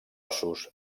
ossos